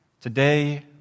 Today